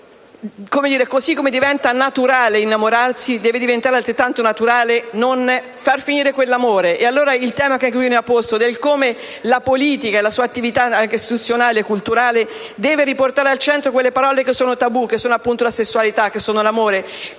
così come diventa naturale innamorarsi, deve diventare altrettanto naturale far finire quell'amore. Si pone allora il tema di come la politica e la sua attività istituzionale e culturale debbano riportare al centro quelle parole che sono tabù, che sono appunto la sessualità e l'amore,